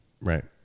Right